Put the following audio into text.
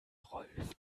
rolf